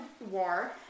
war